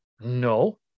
No